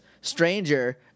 stranger